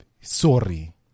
sorry